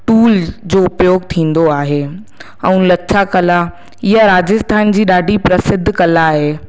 tool जो उपयोग थींदो आहे ऐं लथा कला इहा राजस्थान जी ॾाढी प्रसिद्ध कला आहे